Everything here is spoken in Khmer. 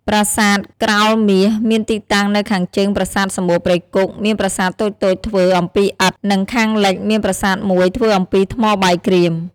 ប្រាសាទក្រោលមាស មានទីតាំងនៅខាងជើងប្រាសាទសំបូរព្រៃគុក មានប្រាសាទតូចៗធ្វើ អំពីឥដ្ឋ និងខាងលិចមានប្រាសាទមួយធ្វើអំពីថ្មបាយក្រៀម។